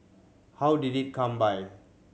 how did it come by